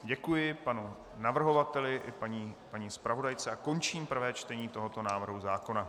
Děkuji panu navrhovateli i paní zpravodajce a končím prvé čtení tohoto návrhu zákona.